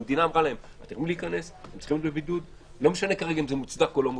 והמדינה אמרה להם: תהיו בבידוד לא משנה אם זה מוצדק או לא.